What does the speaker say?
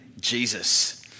Jesus